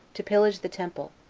to pillage the temple,